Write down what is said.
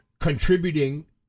contributing